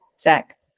Zach